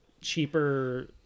cheaper